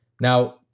Now